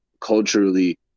culturally